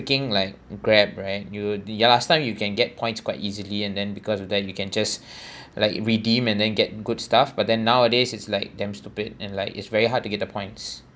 freaking like Grab right you the last time you can get points quite easily and then because of that you can just like redeem and then get good stuff but then nowadays it's like damn stupid in like it's very hard to get the points